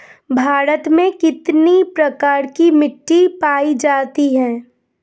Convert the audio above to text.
भारत में कितने प्रकार की मिट्टी पाई जाती हैं?